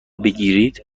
بگیرید